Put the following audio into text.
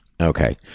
Okay